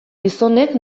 gizonek